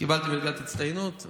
קיבלתי מלגת הצטיינות.